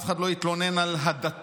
אף אחד לא התלונן על הדתה,